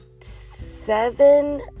seven